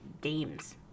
games